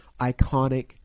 iconic